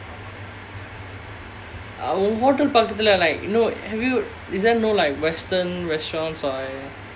ஏனா எல்லா சாப்பாடும் வித்யாசமா இருக்குடா நான் என்ன பண்ண:yaenaa ellaa saapaadum vithyaasamaa irukkudaa naan enna panna like you know have you is there no like western restaurants or like